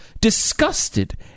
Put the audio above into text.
disgusted